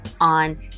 on